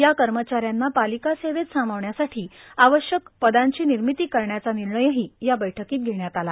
या कर्मचाऱ्यांना पालिका सेवेत सामावण्यासाठी आवश्यक पदांची निर्मिती करण्याचा निर्णयही या बैठकीत घेण्यात आला